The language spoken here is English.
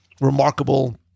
remarkable